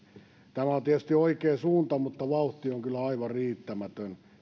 tämä on tietysti oikea suunta mutta vauhti on kyllä aivan riittämätön